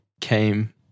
came